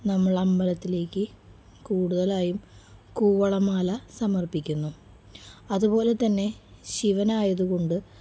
നമ്മൾ അമ്പലത്തിലേക്ക് കൂടുതലായും കൂവള മാല സമർപ്പിക്കുന്നു അതുപോലെ തന്നെ ശിവനായത് കൊണ്ട്